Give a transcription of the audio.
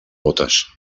botes